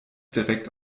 direkt